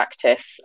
practice